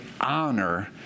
honor